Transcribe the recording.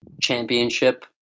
Championship